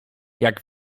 jak